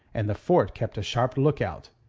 and the fort kept a sharp lookout.